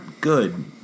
good